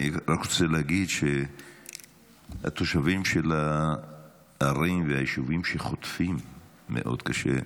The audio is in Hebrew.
אני רוצה להגיד שהתושבים של הערים והיישובים שחוטפים מאוד קשה,